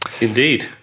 Indeed